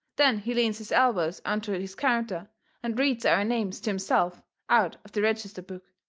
then he leans his elbows onto his counter and reads our names to himself out of the register book,